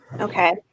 Okay